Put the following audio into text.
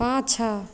पाछाँ